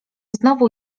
znowu